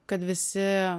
kad visi